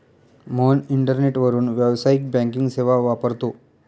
मोहन इंटरनेटवरून व्यावसायिक बँकिंग सेवा वापरतो